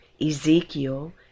Ezekiel